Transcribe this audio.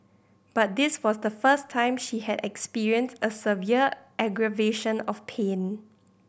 but this was the first time she had experienced a severe aggravation of pain